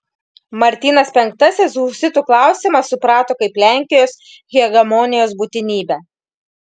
martynas penktasis husitų klausimą suprato kaip lenkijos hegemonijos būtinybę